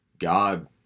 God